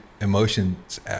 emotions